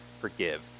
forgive